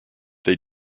they